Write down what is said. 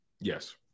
Yes